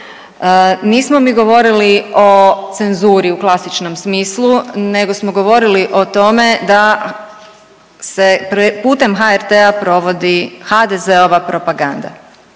Nismo mi govorili o cenzuri u klasičnom smislu nego smo govorili o tome da se putem HRT-a provodi HDZ-ova propaganda